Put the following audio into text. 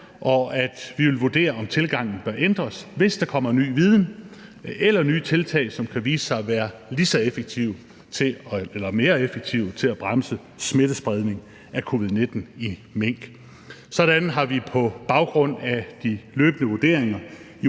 Vi vil vurdere, om tilgangen bør ændres, hvis der kommer ny viden, eller om der skal ske nye tiltag, som kan vise sig at være lige så effektive eller mere effektive til at bremse smittespredningen af covid-19 i mink. Således har vi på baggrund af de løbende vurderinger